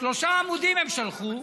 שלושה עמודים הם שלחו,